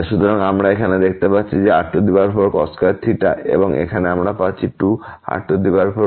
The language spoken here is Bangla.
সুতরাং আমরা এখানে পাচ্ছি r4cos4 এবং এখানে আমরা পাচ্ছি 2r4cos4